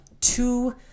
two